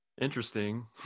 interesting